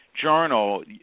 Journal